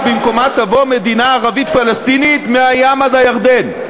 ובמקומה תבוא מדינה ערבית-פלסטינית מהים עד הירדן.